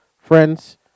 Friends